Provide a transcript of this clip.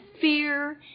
fear